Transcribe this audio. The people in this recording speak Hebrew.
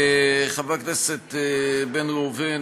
חבר הכנסת בן ראובן,